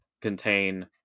contain